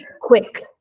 quick